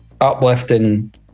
uplifting